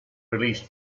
released